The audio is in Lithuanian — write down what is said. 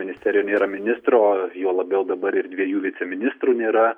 ministerijoj nėra ministro juo labiau dabar ir dviejų viceministrų nėra